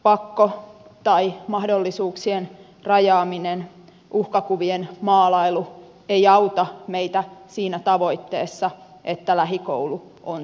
pakko tai mahdollisuuksien rajaaminen uhkakuvien maalailu ei auta meitä siinä tavoitteessa että lähikoulu on se paras